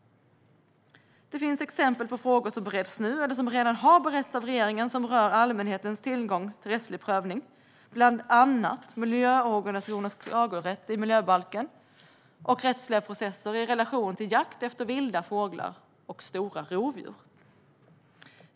Det finns exempel på frågor som bereds nu eller som redan har beretts av regeringen som rör allmänhetens tillgång till rättslig prövning, bland annat miljöorganisationers klagorätt i miljöbalken och rättsliga processer i relation till jakt efter vilda fåglar och stora rovdjur.